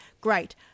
great